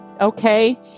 Okay